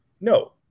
No